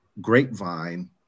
grapevine